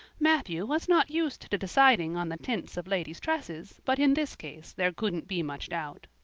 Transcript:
matthew was not used to deciding on the tints of ladies' tresses, but in this case there couldn't be much doubt.